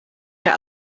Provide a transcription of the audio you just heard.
der